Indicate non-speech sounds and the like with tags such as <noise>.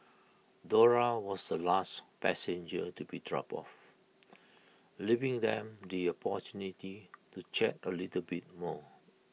Dora was the last passenger to be dropped off <noise> leaving them the opportunity <noise> to chat A little bit more